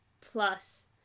Plus